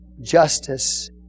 justice